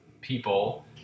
people